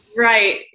right